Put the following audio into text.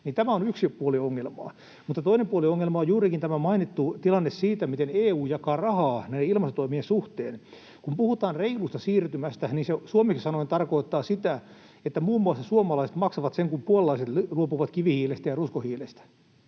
Tämä on yksi puoli ongelmaa. Mutta toinen puoli ongelmaa on juurikin tämä mainittu tilanne, miten EU jakaa rahaa näiden ilmastotoimien suhteen. Kun puhutaan reilusta siirtymästä, niin se suomeksi sanoen tarkoittaa sitä, että muun muassa suomalaiset maksavat sen, kun puolalaiset luopuvat kivihiilestä ja ruskohiilestä.